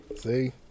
See